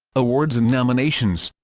awards and nominations